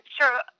sure